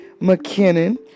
McKinnon